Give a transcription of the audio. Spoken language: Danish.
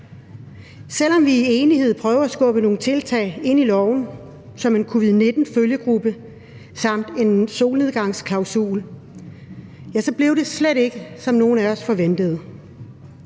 Selv om vi i enighed prøvede at skubbe nogle tiltag ind i loven som en covid-19-følgegruppe samt en solnedgangsklausul, blev det slet ikke, som nogen af os forventede.